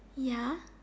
ya